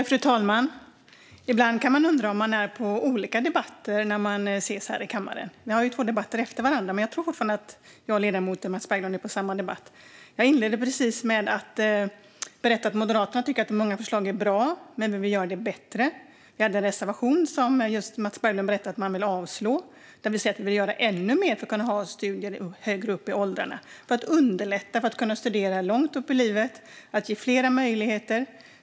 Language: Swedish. Fru talman! Ibland kan man undra om man är på olika debatter när man ses här i kammaren. Vi har ju två debatter efter varandra. Jag tror dock fortfarande att ledamoten Mats Berglund och jag är på samma debatt. Jag inledde mitt anförande med att berätta att Moderaterna tycker att många förslag är bra men vill göra det bättre. Vi har en reservation, som Mats Berglund just berättade att man vill avslå, där vi säger att vi vill göra ännu mer för att kunna ha studier högre upp i åldrarna, för att underlätta för studier långt upp i livet och för att ge flera möjligheter.